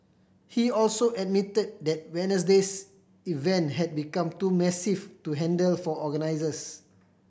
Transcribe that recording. he also admitted that Wednesday's event had become too massive to handle for organisers